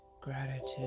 gratitude